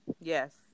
Yes